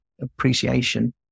appreciation